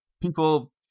people